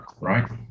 Right